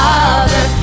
Father